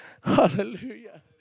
Hallelujah